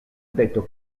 detto